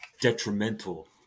detrimental